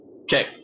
Okay